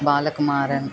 Balakumaran